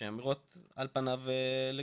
שהן נראות על פניו לגיטימיות.